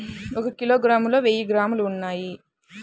ఒక కిలోగ్రామ్ లో వెయ్యి గ్రాములు ఉన్నాయి